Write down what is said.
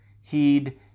heed